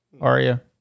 Arya